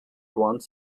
once